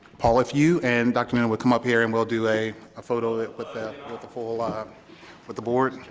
paul if you and dr. noonan would come up here and we'll do a ah photo it with the with the whole ah um with the board